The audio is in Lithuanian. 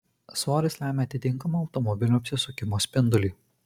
svoris lemia atitinkamą automobilio apsisukimo spindulį